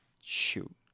Shoot